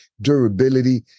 durability